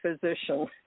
physician